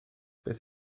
beth